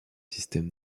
système